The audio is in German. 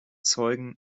zeugen